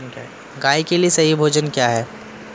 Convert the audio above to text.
गाय के लिए सही भोजन क्या है?